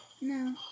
No